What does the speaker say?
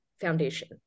foundation